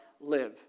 live